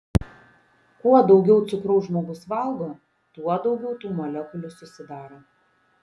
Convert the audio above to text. kuo daugiau cukraus žmogus valgo tuo daugiau tų molekulių susidaro